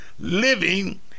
Living